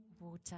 water